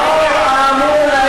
לא נסכים,